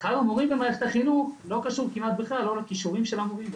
שכר המורים במערכת החינוך לא קשור כמעט בכלל לא לכישורים של המורים,